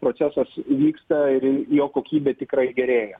procesas vyksta ir jo kokybė tikrai gerėja